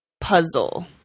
puzzle